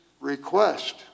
request